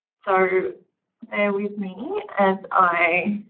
so bear with me as i